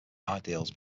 ideals